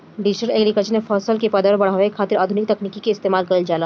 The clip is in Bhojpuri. डिजटल एग्रीकल्चर में फसल के पैदावार बढ़ावे खातिर आधुनिक तकनीकी के इस्तेमाल कईल जाला